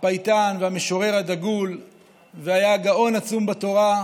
הפייטן והמשורר הדגול שהיה גאון עצום בתורה,